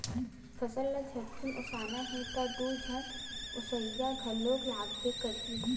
फसल ल झटकुन ओसाना हे त दू झन ओसइया घलोक लागबे करही